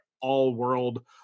all-world